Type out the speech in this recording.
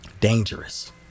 dangerous